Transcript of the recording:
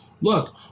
Look